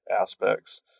aspects